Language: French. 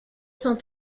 son